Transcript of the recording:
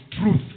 truth